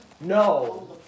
No